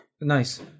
nice